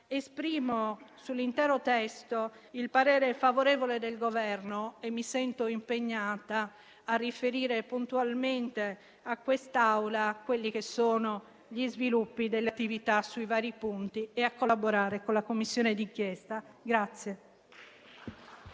esprimo, sull'intero testo, il parere favorevole del Governo e mi sento impegnata a riferire puntualmente all'Assemblea gli sviluppi delle attività sui vari punti e a collaborare con la Commissione di inchiesta.